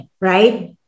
right